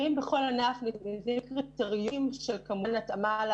בכל ענף ניתנים לפי קריטריונים של כמובן התאמה,